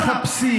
אם מחפשים,